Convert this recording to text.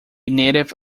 native